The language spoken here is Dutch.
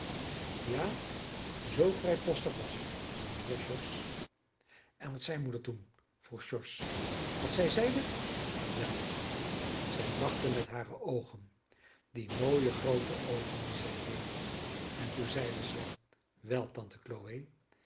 ja zoo vrijpostig was ik jongeheer george en wat zei moeder toen vroeg george wat zij zeide wel zij lachte met hare oogen die mooie groote oogen die zij heeft en toen zeide ze wel tante